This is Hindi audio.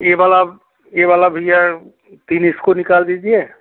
ये वाला ये वाला भैया तीन इसको निकाल दीजिए